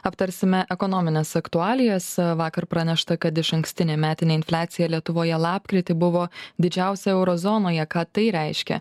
aptarsime ekonomines aktualijas vakar pranešta kad išankstinė metinė infliacija lietuvoje lapkritį buvo didžiausia euro zonoje ką tai reiškia